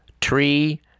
tree